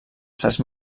certs